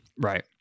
Right